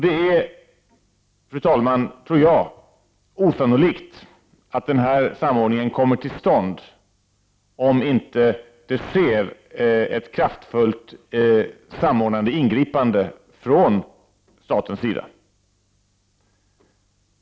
Det är, fru talman, osannolikt att denna samordning kommer till stånd om det inte sker ett kraftfullt samordnande ingripande från statens sida.